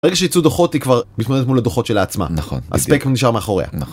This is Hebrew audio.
ברגע שיצאו דוחות היא כבר מתמודדת מול הדוחות שלה עצמה, הספק נשאר מאחוריה.